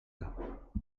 cap